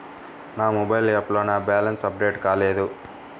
నా మొబైల్ యాప్లో నా బ్యాలెన్స్ అప్డేట్ కాలేదు